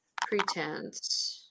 pretense